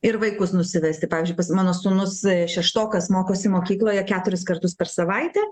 ir vaikus nusivesti pavyzdžiui pas mano sūnus šeštokas mokosi mokykloje keturis kartus per savaitę